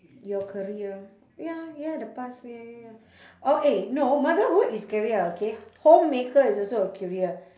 your career ya ya the past ya ya ya or eh no motherhood is career okay homemaker is also a career